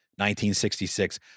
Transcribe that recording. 1966